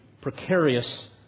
precarious